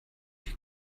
you